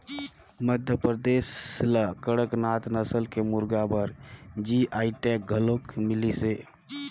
मध्यपरदेस ल कड़कनाथ नसल के मुरगा बर जी.आई टैग घलोक मिलिसे